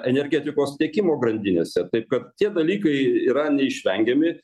energetikos tiekimo grandinėse taip kad tie dalykai yra neišvengiami